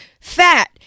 fat